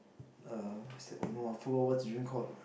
err what's that oh no I forgot what's that drink called